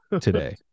today